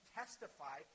testify